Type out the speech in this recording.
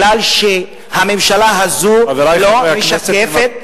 מפני שהממשלה הזו לא משקפת,